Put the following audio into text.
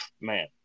man